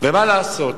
ומה לעשות?